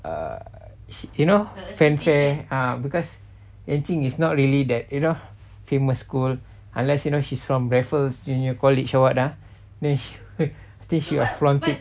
err she you know fanfare ah because yuan ching is not really that you know famous school unless you know she's from raffles junior college or what ah then then she'll flaunt it